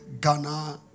Ghana